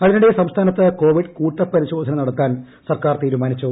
അതിനിടെ സംസ്ഥാനത്ത് കോവിഡ് കൂട്ടപ്പരിശോധന നടത്താൻ സർക്കാർ തീരുമാനിച്ചു